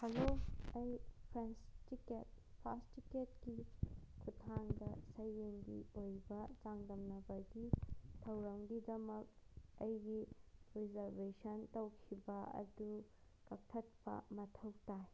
hello ꯑꯩ ꯐ꯭ꯔꯦꯟꯁ ticket pass ꯇꯤꯀꯦꯠꯀꯤ ꯈꯨꯠꯊꯥꯡꯗ ꯁꯩꯔꯦꯡꯒꯤ ꯑꯣꯏꯕ ꯆꯥꯡꯗꯝꯅꯕꯒꯤ ꯊꯧꯔꯝꯒꯤꯗꯃꯛ ꯑꯩꯒꯤ ꯔꯤꯖꯥꯔꯕꯦꯁꯟ ꯇꯧꯈꯤꯕ ꯑꯗꯨ ꯀꯛꯊꯠꯄ ꯃꯊꯧ ꯇꯥꯏ